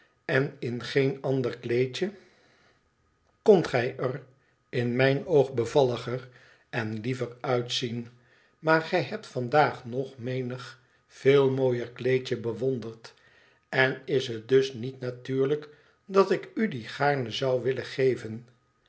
en in geen ander kleedje kondt gij er in mijn oog bevalliger en liever uitzien maar gij hebt vandaag nog menig veel mooier kleedje bewonderd en is het dus niet natuurlijk dat ik u die gaarne zou willen geven